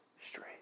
straight